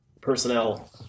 personnel